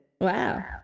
Wow